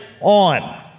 on